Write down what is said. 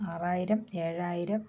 ആറായിരം ഏഴായിരം